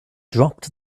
dropped